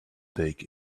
take